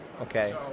Okay